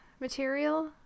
material